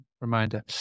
reminder